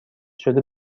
شده